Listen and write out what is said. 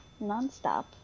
nonstop